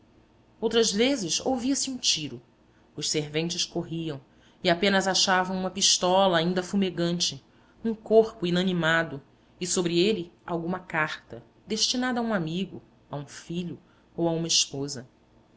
outras vezes ouvia-se um tiro os serventes corriam e apenas achavam uma pistola ainda fumegante um corpo inanimado e sobre ele alguma carta destinada a um amigo a um filho ou a uma esposa